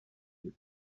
eat